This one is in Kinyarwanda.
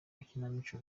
makinamico